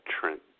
Trent